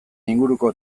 inguruko